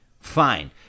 fine